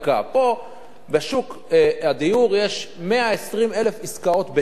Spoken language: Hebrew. בשוק הדיור יש 120,000 עסקאות בשנה,